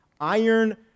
Iron